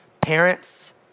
Parents